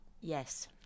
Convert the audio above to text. yes